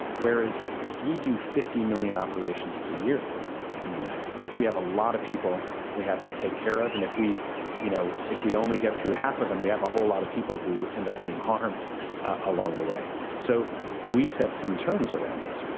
whereas we do fifty million operations per year in the united states. we have a lot of people we have to take care of. and you know, if we only get through half of them, we have a whole lot of people who end up being harmed along the way so we set some terms around this.